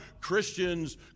Christians